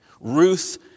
Ruth